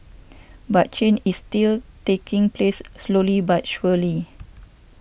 but change is still taking place slowly but surely